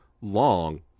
long